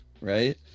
right